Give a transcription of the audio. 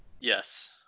Yes